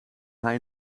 haar